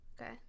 okay